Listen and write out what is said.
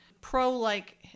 Pro-like